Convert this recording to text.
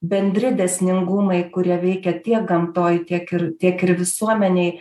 bendri dėsningumai kurie veikia tiek gamtoj tiek ir tiek ir visuomenėj